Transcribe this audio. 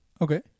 Okay